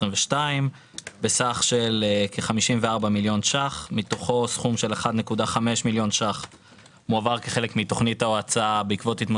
2022. נתחיל משתי פניות, ואז נעבור לעודפים.